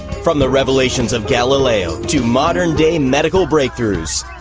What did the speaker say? from the revelations of galileo to modern-day medical breakthroughs,